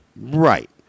Right